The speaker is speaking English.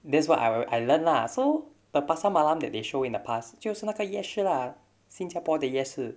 that's what I will I learn lah so the pasar malam that they show in the past 就是那个夜市 lah 新加坡的夜市